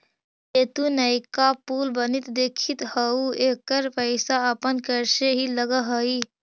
जे तु नयका पुल बनित देखित हहूँ एकर पईसा अपन कर से ही लग हई